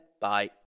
Bye